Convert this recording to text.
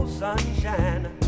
sunshine